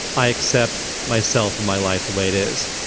i accept myself and my life the way it is.